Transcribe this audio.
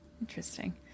Interesting